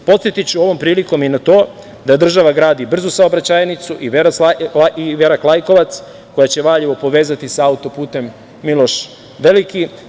Podsetiću ovom prilikom i na to da država gradi brzu saobraćajnicu i Verak-Lajkovac, koja će Valjevo povezati sa autoputem „Miloš Veliki“